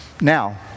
Now